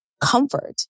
comfort